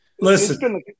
Listen